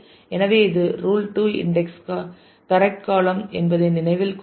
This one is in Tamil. எனவே இது ரூல் 2 இன்டெக்ஸ் கரெக்ட் காளம் என்பதை நினைவில் கொள்க